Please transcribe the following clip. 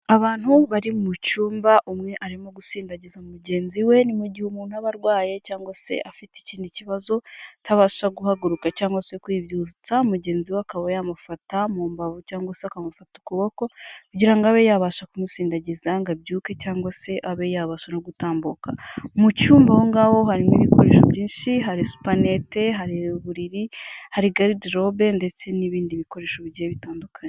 Abantu bari mu cyumba umwe arimo gusindagiza mugenzi we ni mu gihe umuntu aba arwaye cyangwa se afite ikindi kibazo atabasha guhaguruka cyangwa se kwibyutsa mugenzi we akaba yamufata mu mbavu cyangwa se akamufata ukuboko kugira ngo abe yabasha kumusindagiza ngo abyuke cyangwa se abe yabasha gutambuka. Mu cyumba aho ngaho harimo ibikoresho byinshi hari supanete, hari uburiri, hari garde robe ndetse n'ibindi bikoresho bigiye bitandukanye.